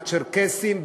הצ'רקסים,